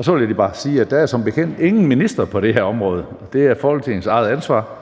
Så vil jeg bare sige, at der som bekendt ingen minister er på det her område. Det er Folketingets eget ansvar